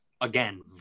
again